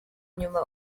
inyuma